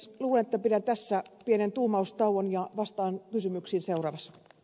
luulen että pidän tässä pienen tuumaustauon ja vastaan kysymyksiinsä as